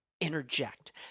interject